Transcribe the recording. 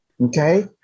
Okay